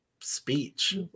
speech